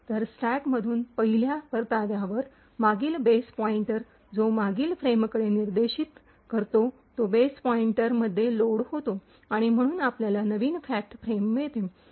तर स्टॅकमधून पहिल्या परताव्यावर मागील बेस पॉईंटर जो मागील फ्रेमकडे निर्देशित करतो तो बेस पॉईंटरमध्ये लोड होतो आणि म्हणून आपल्याला नवीन फॅक्ट फ्रेम मिळेल